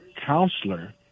counselor